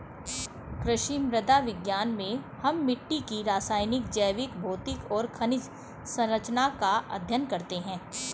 कृषि मृदा विज्ञान में हम मिट्टी की रासायनिक, जैविक, भौतिक और खनिज सरंचना का अध्ययन करते हैं